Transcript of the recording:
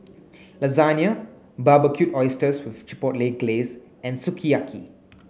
Lasagna Barbecued Oysters with Chipotle Glaze and Sukiyaki